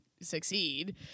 succeed